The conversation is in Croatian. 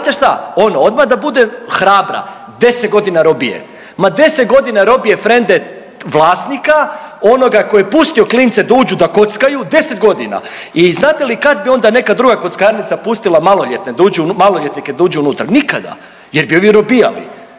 znate šta ono odmah da bude hrabra, 10 godina robije. Ma 10 godina robije frende vlasnika onoga tko je pustio klince da uđu da kockaju 10 godina. I znate li kad bi onda neka druga kockarnica pustila maloljetne, maloljetnike da uđu unutra? Nikada, jer bi ovi robijali.